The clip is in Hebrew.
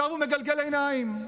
עכשיו הוא מגלגל עיניים.